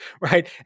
right